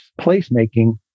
placemaking